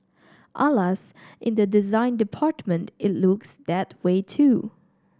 Alas in the design department it looks that way too